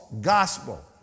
gospel